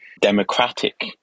democratic